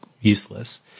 useless